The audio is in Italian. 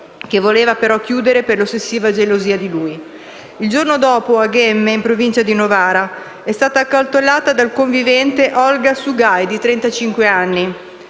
Il giorno dopo a Ghemme, in Provincia di Novara, è stata accoltellata dal convivente Olga Shugai, di